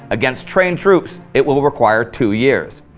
against trained troops it will require two years.